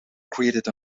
created